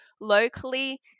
Locally